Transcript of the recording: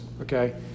okay